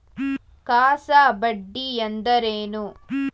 CASA ಬಡ್ಡಿ ಎಂದರೇನು?